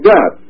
God